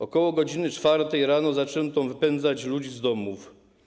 Około godz. 4 rano zaczęto wypędzać ludzi z domów.